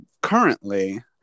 currently